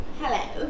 Hello